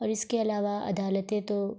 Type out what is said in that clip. اور اس کے علاوہ عدالتیں تو